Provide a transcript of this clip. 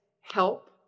help